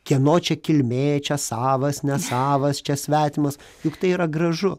kieno čia kilmė čia savas nesavas čia svetimas juk tai yra gražu